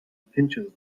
pinches